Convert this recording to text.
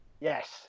Yes